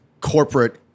corporate